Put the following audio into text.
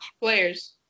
players